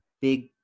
big